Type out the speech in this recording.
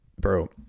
bro